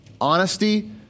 honesty